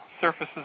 surfaces